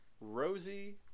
rosie